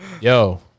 Yo